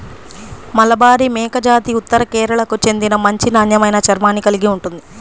మలబారి మేకజాతి ఉత్తర కేరళకు చెందిన మంచి నాణ్యమైన చర్మాన్ని కలిగి ఉంటుంది